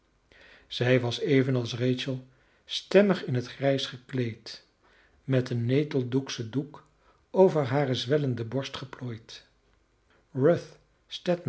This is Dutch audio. zij was evenals rachel stemmig in het grijs gekleed met een neteldoekschen doek over hare zwellende borst geplooid